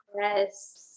Yes